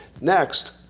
Next